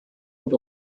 und